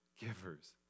Givers